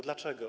Dlaczego?